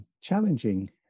challenging